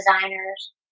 designers